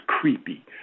creepy